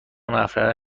نفره